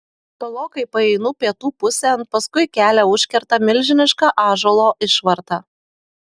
tolokai paeinu pietų pusėn paskui kelią užkerta milžiniška ąžuolo išvarta